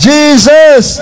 Jesus